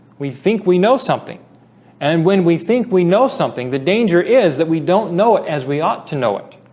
we think we know something and when we think we know something the danger is that we don't know it as we ought to know it